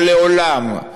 אבל לעולם,